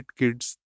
kids